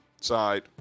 side